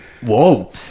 Whoa